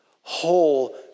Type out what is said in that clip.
whole